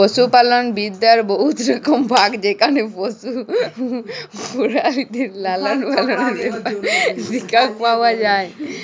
পশুপালল বিদ্যার বহুত রকম ভাগ যেখালে পশু পেরালিদের লালল পাললের ব্যাপারে শিখ্খা পাউয়া যায়